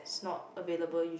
is not available